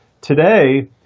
today